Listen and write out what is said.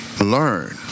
Learn